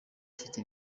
afite